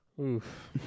Oof